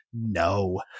No